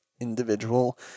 individual